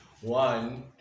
one